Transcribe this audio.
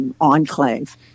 enclave